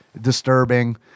disturbing